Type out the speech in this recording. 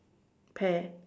pear